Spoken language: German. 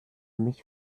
mich